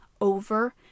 over